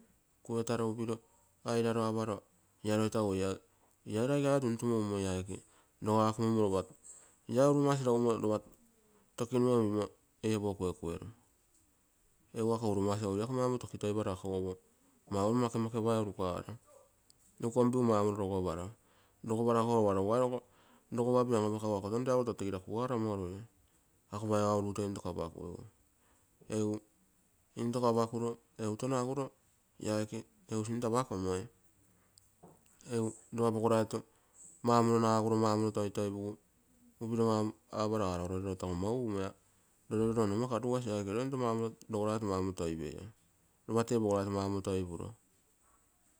Kuetaro upiro aparo ia roi tagu ia roi tagu ia roi ege tuntumoru umo ee aike rogumo lai urumasi lopa kunkueru, egu ako urumasi egu maumoro tokitaro. ako opo kupetaigu rukaro, rukompigu lopa maumoro rogoparo, akogo lopa rogopapio an apakagu kesige rakugaro omoruro. Ako paiga urugito intoko apakuigu. Egu intoko apakuro egu touno aguro ia aike egu sinto apakomoi. Egu lopa pogoraito maumoro naguro maumoro toiotipugu upiro aparo aga roo loi roo tagu ama karugasi ia oiro into apeikiro rogoraito maumoro toipuro.